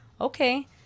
okay